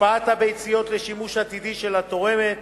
הקפאת הביציות לשימוש עתידי של התורמת,